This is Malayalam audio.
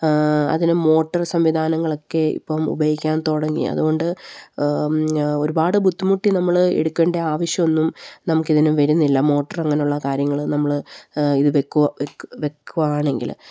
അതിന് മോട്ടർ സംവിധാനങ്ങളൊക്കെ ഇപ്പം ഉപയോഗിക്കാൻ തുടങ്ങി അതുകൊണ്ട് ഒരുപാട് ബുദ്ധിമുട്ടി നമ്മളെടുക്കേണ്ട ആവശ്യമൊന്നും നമുക്കിതിന് വരുന്നില്ല മോട്ടർ അങ്ങനെയുള്ള കാര്യങ്ങള് നമ്മള് ഇത് വെയ്ക്കുകയാണെങ്കില്